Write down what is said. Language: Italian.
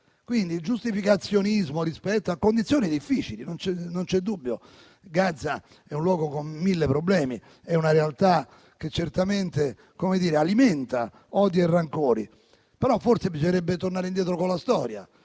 Quindi, giustificazionismo rispetto a condizioni difficili. Non c'è dubbio, Gaza è un luogo con mille problemi, è una realtà che certamente alimenta odi e rancori. Però forse bisognerebbe tornare indietro con la storia